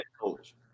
coach